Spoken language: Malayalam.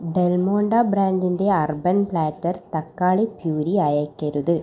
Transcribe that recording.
ഡെൽ മോണ്ടെ ബ്രാൻഡിന്റെ അർബൻ പ്ലാറ്റർ തക്കാളി പ്യൂരീ അയയ്ക്കരുത്